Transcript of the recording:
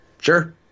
Sure